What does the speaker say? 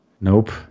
Nope